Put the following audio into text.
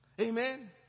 amen